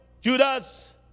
Judas